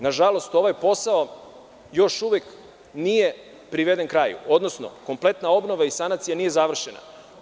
Nažalost, ovaj posao još uvek nije priveden kraju, odnosno kompletna obnova i sanacija nije završena.